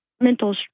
mental